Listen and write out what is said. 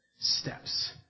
steps